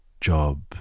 job